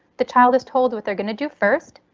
the child is told what they're going to do first,